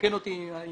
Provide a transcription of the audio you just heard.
ותקן אותי אם